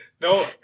no